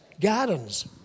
gardens